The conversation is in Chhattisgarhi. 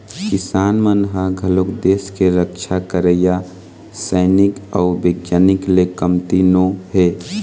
किसान मन ह घलोक देस के रक्छा करइया सइनिक अउ बिग्यानिक ले कमती नो हे